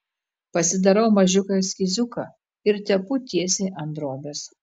pasidarau mažiuką eskiziuką ir tepu tiesiai ant drobės